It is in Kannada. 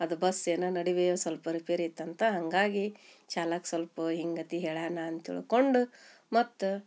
ಅದು ಬಸ್ ಏನ ನಡುವೆಯು ಸ್ವಲ್ಪ ರಿಪೇರಿ ಇತ್ತಂತ ಹಾಗಾಗಿ ಚಾಲಕ ಸಲ್ಪ ಹಿಂಗತಿ ಹೇಳ್ಯಾನ ಅಂತ ತಿಳ್ಕೊಂಡು ಮತ್